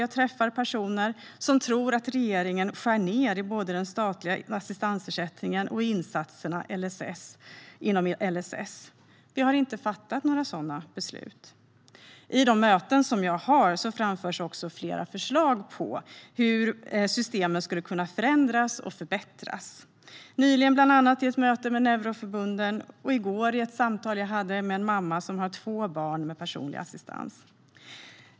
Jag träffar personer som tror att regeringen skär ned både i den statliga assistansersättningen och i insatserna inom LSS. Vi har inte fattat några sådana beslut. I de möten som jag har framförs också flera förslag på hur systemen skulle kunna förändras och förbättras. Jag hade bland annat ett möte med neuroförbunden nyligen, och i går hade jag ett samtal med en mamma som har två barn med personlig assistans.